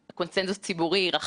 כי זה בעצם 20 השנים האחרונות,